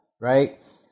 right